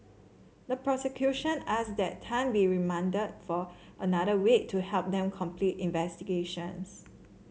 the prosecution asked that Tan be remanded for another week to help them complete investigations